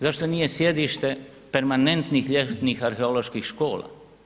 Zašto nije sjedište permanentnih ljetnih arheoloških škola?